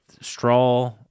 straw